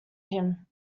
him